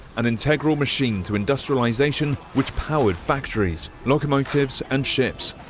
an integral machine to industrialization, which powered factories, locomotives, and ships.